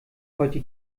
heute